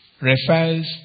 refers